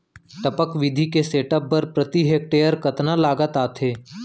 टपक विधि के सेटअप बर प्रति हेक्टेयर कतना लागत आथे?